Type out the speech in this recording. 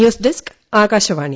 news desk Akashvani